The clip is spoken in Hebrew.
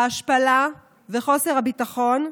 ההשפלה וחוסר הביטחון.